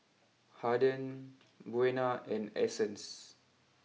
Haden Buena and Essence